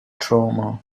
trauma